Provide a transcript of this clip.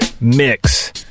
mix